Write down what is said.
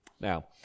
Now